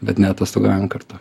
bet neatostogaujam kartu